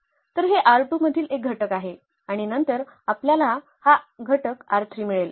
तर हे मधील एक घटक आहे आणि नंतर आपल्याला हा घटक मिळेल